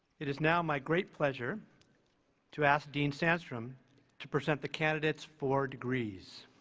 it is now my great pleasure to ask dean sandstrom to present the candidates for degrees.